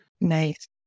Nice